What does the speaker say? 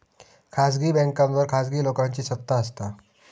खासगी बॅन्कांवर खासगी लोकांची सत्ता असता